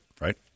right